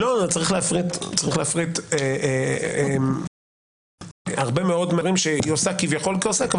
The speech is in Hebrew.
צריך להפריט הרבה מאוד דברים שהיא עושה כביכול כעוסק,